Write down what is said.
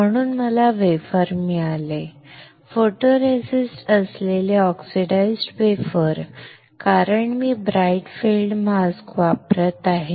म्हणून मला वेफर मिळाले फोटोरेसिस्ट असलेले ऑक्सिडाइज वेफर कारण मी ब्राइट फील्ड मास्क वापरत आहे